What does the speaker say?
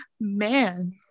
Man